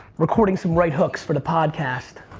recording some right hooks for the podcast.